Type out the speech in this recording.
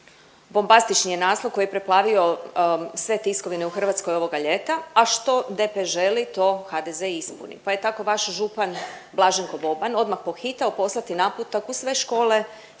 Bombastični je naslov koji je preplavio sve tiskovine u Hrvatskoj ovoga ljeta, a što DP želi to HDZ i ispuni. Pa je tako vaš župan Blaženko Boban odmah pohitao poslati naputak u sve škole